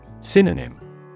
Synonym